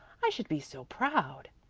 i should be so proud.